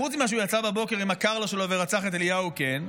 חוץ מזה שהוא יצא בבוקר עם הקרלו שלו ורצח את אליהו קיי,